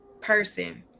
person